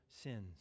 sins